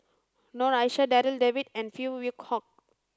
Noor Aishah Darryl David and Phey Yew Kok